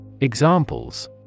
Examples